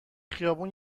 خیابون